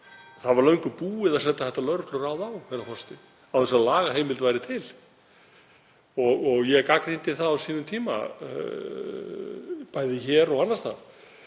Það var löngu búið að setja þetta til lögreglunnar, herra forseti, án þess að lagaheimild væri til. Ég gagnrýndi það á sínum tíma, bæði hér og annars staðar,